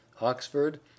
Oxford